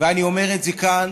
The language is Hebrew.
ואני אומר את זה כאן,